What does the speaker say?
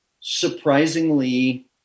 surprisingly